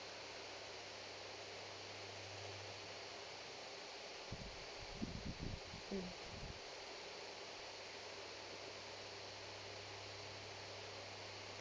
mm